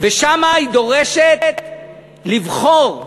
ושם היא דורשת לבחור.